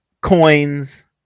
coins